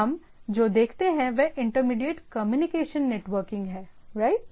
हम जो देखते हैं वह इंटरमीडिएट कम्युनिकेशन नेटवर्किंग है राइट